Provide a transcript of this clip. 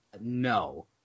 No